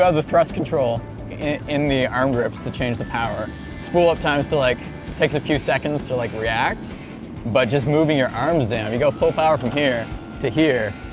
ah the thrust control in the arm grips to change the power spool up time still like takes a few seconds to like react but just moving your arms down you go full power from here to here